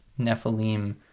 nephilim